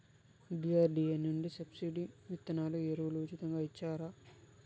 DRDA నుండి subsidy విత్తనాలు ఎరువులు ఉచితంగా ఇచ్చారా?